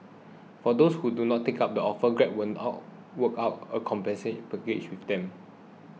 for those who do not take up the offer Grab will work out a compensation package with them